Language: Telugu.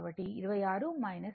కాబట్టి ఇది q y అవుతుంది